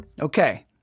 Okay